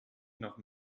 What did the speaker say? noch